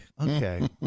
okay